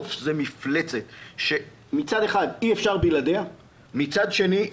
המנוף זה מפלצת שמצד אחד אי אפשר בלעדיה ומצד שני,